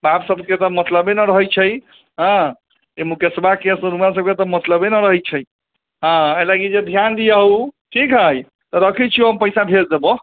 सात सए रुपआ का मतलबे न रहै छै हाँ ई मुकेशबाके आ सुरमा सब के मतलबे न रहै छै हाँ अय लायके ध्यान दियहु ठीक है रखै छियौ हम पैसा भेज देबौ